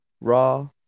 Raw